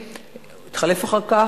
הוא התחלף אחר כך,